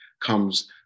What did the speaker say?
comes